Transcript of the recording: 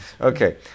Okay